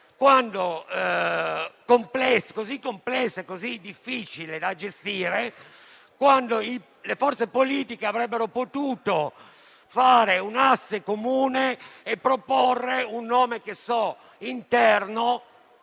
la Rai, così complessa e difficile da gestire, quando le forze politiche avrebbero potuto fare asse comune e proporre un nome interno